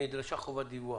נדרשה חובת דיווח.